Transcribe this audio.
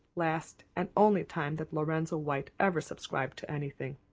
last, and only time that lorenzo white ever subscribed to anything.